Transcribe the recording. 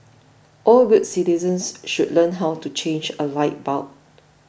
all good citizens should learn how to change a light bulb